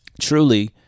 truly